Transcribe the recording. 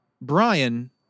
Brian